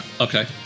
Okay